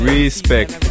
Respect